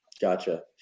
Gotcha